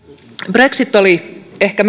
brexit oli ehkä